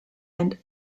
and